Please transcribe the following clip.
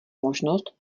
možnost